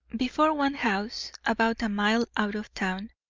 before one house, about a mile out of town,